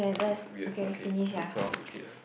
!wah! is so weird okay so twelve okay eh